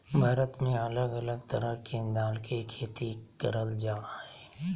भारत में अलग अलग तरह के दाल के खेती करल जा हय